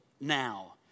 now